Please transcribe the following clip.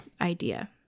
idea